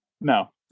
No